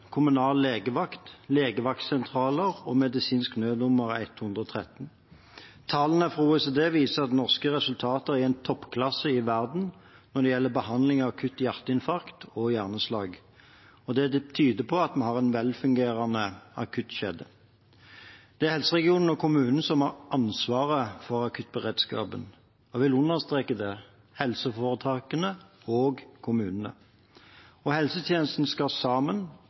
kommunal legevakt, legevaktsentraler og medisinsk nødnummer 113. Tallene fra OECD viser at norske resultater er i toppklasse i verden når det gjelder behandling av akutt hjerteinfarkt og hjerneslag. Det tyder på at vi har en velfungerende akuttkjede. Det er helseregionene og kommunene som har ansvaret for akuttberedskapen, og jeg vil understreke det – helseforetakene og kommunene. Helsetjenestene skal sammen,